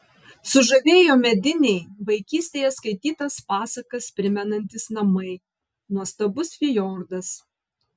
sužavėjo mediniai vaikystėje skaitytas pasakas primenantys namai nuostabus fjordas